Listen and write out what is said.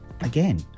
again